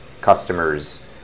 customers